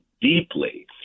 deeply